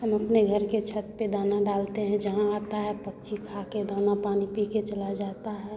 हम अपने घर की छत पर दाना डालते हैं जहाँ आता है पक्षी खाकर दाना पानी पीकर चला जाता है